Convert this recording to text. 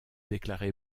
déclaré